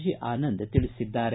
G Anand ತಿಳಿಸಿದ್ದಾರೆ